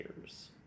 years